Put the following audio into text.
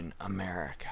America